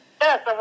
Yes